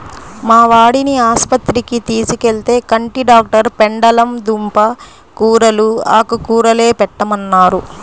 మా వాడిని ఆస్పత్రికి తీసుకెళ్తే, కంటి డాక్టరు పెండలం దుంప కూరలూ, ఆకుకూరలే పెట్టమన్నారు